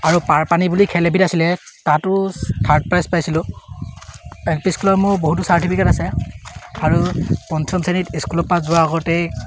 আৰু পাৰপানী বুলি খেল এবিধ আছিলে তাতো থাৰ্ড প্ৰাইজ পাইছিলোঁ এল পি স্কুলৰ মোৰ বহুতো চাৰ্টিফিকেট আছে আৰু পঞ্চম শ্ৰেণীত স্কুলৰপৰা যোৱাৰ আগতেই